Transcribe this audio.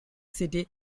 city